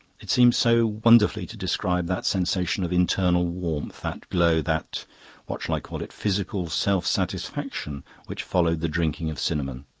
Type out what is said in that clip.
it seemed so wonderfully to describe that sensation of internal warmth, that glow, that what shall i call it physical self-satisfaction which followed the drinking of cinnamon.